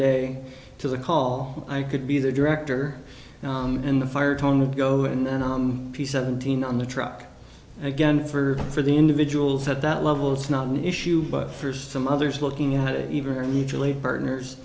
day to the call i could be the director and the fire tone would go and i p seventeen on the truck again for for the individuals at that level it's not an issue but for some others looking at it even our legal aid partners